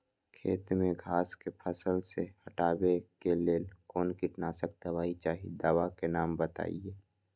खेत में घास के फसल से हटावे के लेल कौन किटनाशक दवाई चाहि दवा का नाम बताआई?